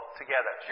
together